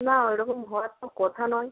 না ওইরকম হওয়ার তো কথা নয়